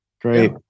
Great